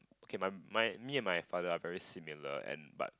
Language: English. okay my my me and my father are very similar and but